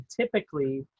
typically